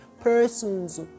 persons